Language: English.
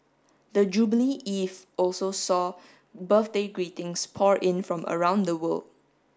the jubilee eve also saw birthday greetings pour in from around the world